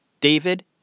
David